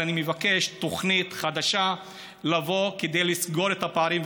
אני מבקש תוכנית חדשה כדי לסגור את הפערים,